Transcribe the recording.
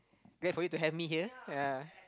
glad for you to have me here ya